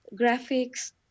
graphics